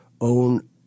own